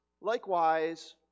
Likewise